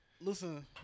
Listen